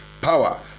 power